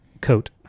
Coat